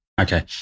Okay